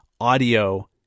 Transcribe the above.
audio